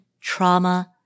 trauma